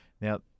Now